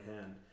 hand